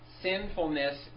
Sinfulness